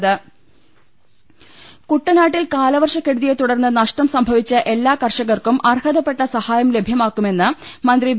രുട്ട്ട്ട്ട്ട്ട്ട്ട്ട കുട്ടനാട്ടിൽ കാലവർഷക്കെടുതിയെ തുടർന്ന് നഷ്ടം സംഭവിച്ച എല്ലാ കർഷകർക്കും അർഹതപ്പെട്ട സഹായം ലഭ്യമാക്കുമെന്ന് മന്ത്രി വി